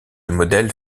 modèle